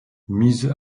mise